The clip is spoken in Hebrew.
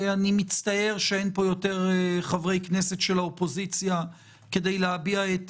אני מצטער שאין פה יותר חברי כנסת מן האופוזיציה כדי להביע את